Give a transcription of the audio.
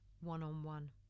one-on-one